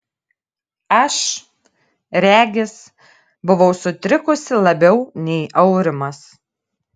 aš regis buvau sutrikusi labiau nei aurimas